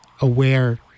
aware